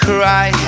Cry